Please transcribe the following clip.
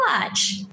watch